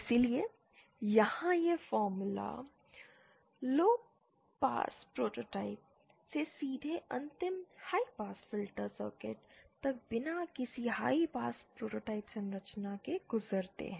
इसलिए यहां ये फॉर्मूले लोपास प्रोटोटाइप से सीधे अंतिम हाई पास फिल्टर सर्किट तक बिना किसी हाई पास प्रोटोटाइप संरचना के गुजरते हैं